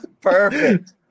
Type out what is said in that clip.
Perfect